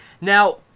Now